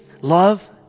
love